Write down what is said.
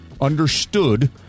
understood